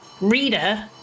Rita